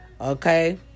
okay